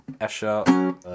F-sharp